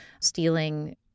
stealing